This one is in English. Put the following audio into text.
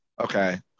okay